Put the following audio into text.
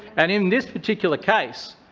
and in this particular case,